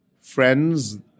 friends